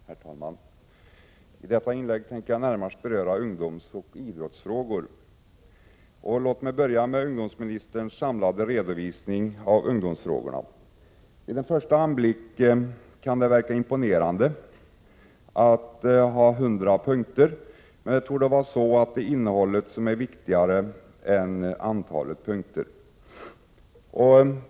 Herr talman! I detta inlägg tänker jag närmast beröra ungdomsoch idrottsfrågor. Låt mig börja med ungdomsministerns samlade redovisning av ungdomsfrågorna. Vid en första anblick kan det verka imponerande att man har 100 punkter. Men innehållet torde vara viktigare än antalet punkter.